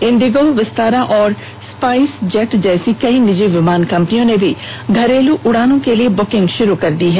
Indigo Vistara और SpiceJet जैसी कई निजी विमान कंपनियों ने भी घरेलू उडानों के लिए बुकिंग शुरू कर दी है